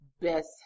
best